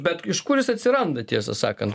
bet iš kur jis atsiranda tiesą sakan